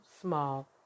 small